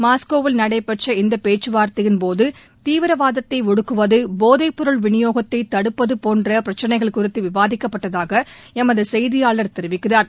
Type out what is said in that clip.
மாஸ்கோவில் நடைபெற்ற இந்த பேச்சுவார்த்தையின்போது தீவிரவாதத்தை ஒடுக்குவது போதைப்பொருள் விநியோகத்தை தடுப்பது போன்ற பிரச்சினைகள் குறித்து விவாதிக்கப்பட்டதாக எமது செய்தியாளர் தெரிவிக்கிறார்